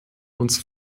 uns